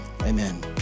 Amen